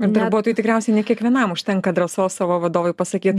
ir darbuotojui tikriausiai ne kiekvienam užtenka drąsos savo vadovui pasakyt